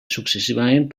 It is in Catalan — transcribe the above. successivament